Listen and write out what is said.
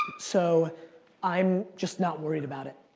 so i'm just not worried about it.